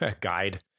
guide